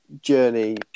journey